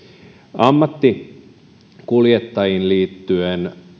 ammattikuljettajiin liittyen